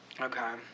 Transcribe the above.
Okay